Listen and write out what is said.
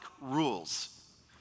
rules